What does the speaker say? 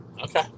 Okay